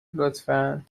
لطفا